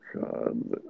God